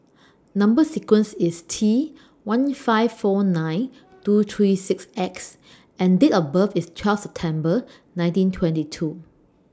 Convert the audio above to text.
Number sequence IS T one five four nine two three six X and Date of birth IS twelve September nineteen twenty two